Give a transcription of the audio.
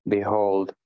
Behold